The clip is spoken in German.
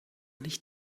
nicht